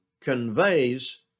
conveys